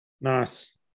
Nice